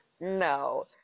no